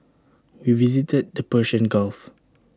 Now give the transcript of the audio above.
we visited the Persian gulf